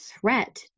threat